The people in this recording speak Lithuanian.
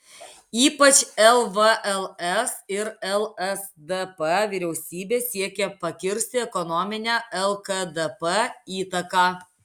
ypač lvls ir lsdp vyriausybė siekė pakirsti ekonominę lkdp įtaką